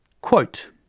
Quote